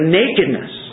nakedness